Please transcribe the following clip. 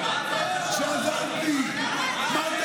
גם זה